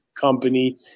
company